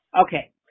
Okay